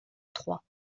trois